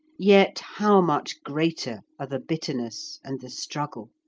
yet how much greater are the bitterness and the struggle!